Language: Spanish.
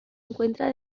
encuentra